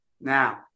Now